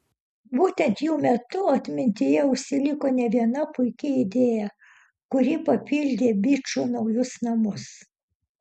būtent jų metu atmintyje užsiliko ne viena puiki idėja kuri papildė bičų naujus namus